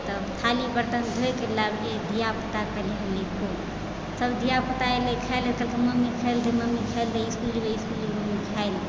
तब खाली बर्तन धोइके लाबलियै धियापुताके कहलियै खो सभ धियापुता एलै खायलेल कहलकै मम्मी खायले दे मम्मी खायले दे मम्मी इसकुल जेबै इसकुल जेबै इसकुल जेबै मम्मी खायले दे